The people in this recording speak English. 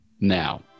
now